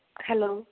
hello